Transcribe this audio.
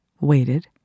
waited